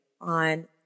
on